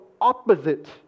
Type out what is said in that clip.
opposite